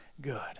good